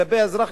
כלפי האזרח,